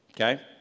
okay